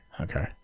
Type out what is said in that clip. Okay